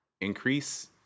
increase